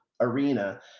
arena